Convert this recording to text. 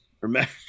remember